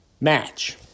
match